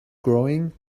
growing